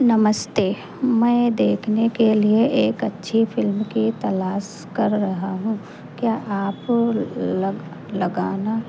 नमस्ते मैं देखने के लिए एक अच्छी फ़िल्म की तलाश कर रहा हूँ क्या आप लग लगाना